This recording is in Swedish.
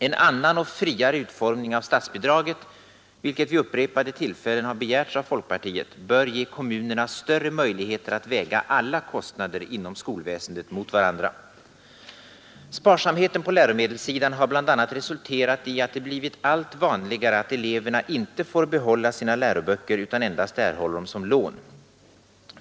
En annan och friare utformning av statsbidraget, vilket vid upprepade tillfällen begärts av folkpartiet, bör ge kommunerna större möjligheter att väga alla kostnader inom skolväsendet mot varandra. Sparsamheten på läromedelssidan har bl.a. resulterat i att det blivit allt vanligare att eleverna inte får behålla sina läroböcker utan endast erhåller dem som lån.